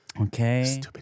Okay